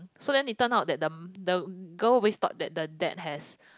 so then it turn up that the the girl always thought the dad has